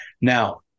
Now